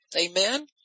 Amen